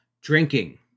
drinking